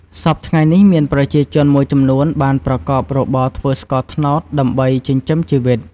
សព្វថ្ងៃនេះមានប្រជាជនមួយចំនួន បានប្រកបរបរធ្វើស្ករត្នោតដើម្បីចិញ្ជឹមជីវិត។